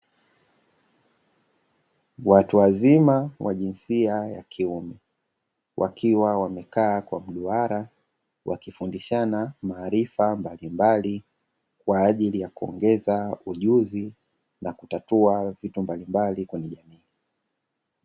Watu wazima wa jinsia ya kiume, wakiwa wamekaa kwa mduara wakifundishana maarifa mbalimbali kwaajili ya kuongeza ujuzi nakutatua vitu mbalimbali kwenye jamii.